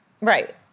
Right